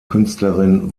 künstlerin